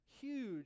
huge